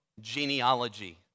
genealogy